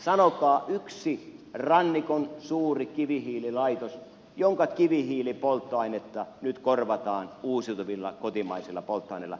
sanokaa yksi rannikon suuri kivihiililaitos jonka kivihiilipolttoainetta nyt korvataan uusiutuvilla kotimaisilla polttoaineilla